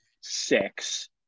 six